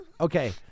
Okay